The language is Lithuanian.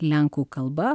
lenkų kalba